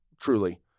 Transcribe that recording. Truly